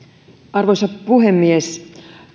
arvoisa puhemies